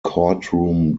courtroom